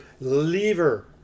lever